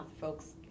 folks